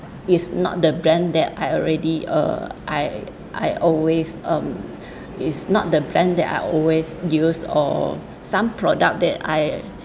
is not the brand that I already uh I I always um is not the brand that I always use or some product that I